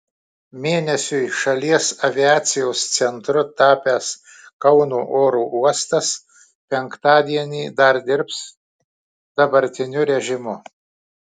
mėnesiui šalies aviacijos centru tapęs kauno oro uostas penktadienį dar dirbs dabartiniu režimu